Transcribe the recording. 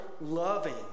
loving